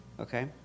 Okay